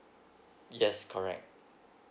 yes correct